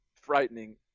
frightening